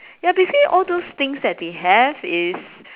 ya basically all those things that they have is